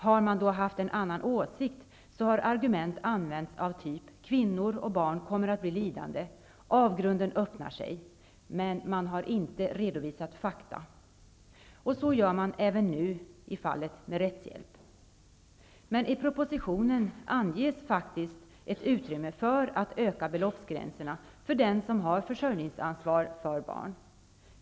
Har man haft en annan åsikt, har argument använts av typ: Kvinnor och barn kommer att bli lidande, avgrunden öppnar sig. Men man har inte redovisat fakta. Så gör man även i fallet med rättshjälp. Men i propositionen anges faktiskt ett utrymme för att öka beloppsgränserna för den som har försörjningsansvar för barn.